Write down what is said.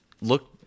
look